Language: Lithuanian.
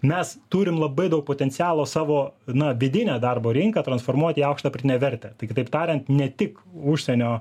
mes turim labai daug potencialo savo na vidinę darbo rinką transformuot į aukštą pridėtinę vertę tai kitaip tariant ne tik užsienio